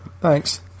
Thanks